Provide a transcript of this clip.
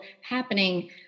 happening